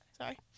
Sorry